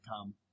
come